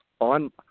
on